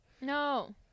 No